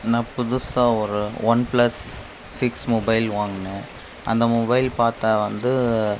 நான் புதுசாக ஒரு ஒன் பிளஸ் சிக்ஸ் மொபைல் வாங்கினேன் அந்த மொபைல் பார்த்தா வந்து